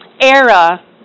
era